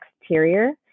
exterior